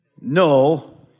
no